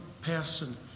person